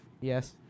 Yes